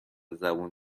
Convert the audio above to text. زبون